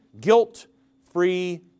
guilt-free